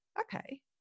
okay